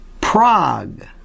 Prague